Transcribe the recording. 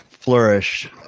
flourish